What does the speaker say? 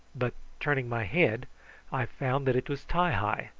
but turning my head i found that it was ti-hi,